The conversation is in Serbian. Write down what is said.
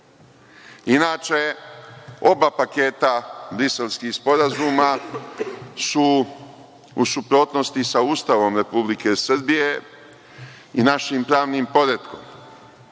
Inače, oba paketa Briselskih sporazuma su u suprotnosti sa Ustavom Republike Srbije i našim pravnim poretkom. Na